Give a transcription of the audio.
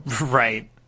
Right